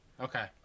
Okay